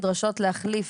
המדינות נדרשות להחיל,